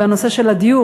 בנושא של הדיור,